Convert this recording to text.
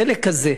החלק הזה,